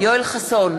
יואל חסון,